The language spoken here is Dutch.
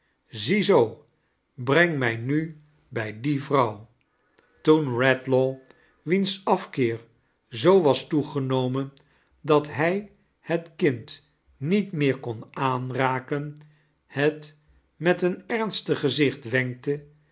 ziezoo breng mij nu bij die vrouw toen eedlaw wieais afkeer zoo was toegemomenj dat hij he kind niet ineex koh aanraken het met een ernstig gezicht wenkte